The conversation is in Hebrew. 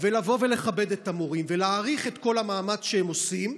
ולכבד את המורים ולהעריך את כל המאמץ שהם עושים,